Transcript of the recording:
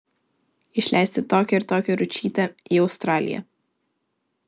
išleisti tokią ir tokią ručytę į australiją